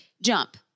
jump